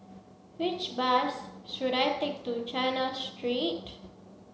which bus should I take to China Street